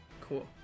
cool